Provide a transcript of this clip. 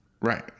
Right